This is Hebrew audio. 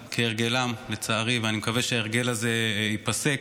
כהרגלם, לצערי, אני מקווה שההרגל הזה ייפסק,